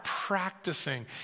practicing